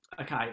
Okay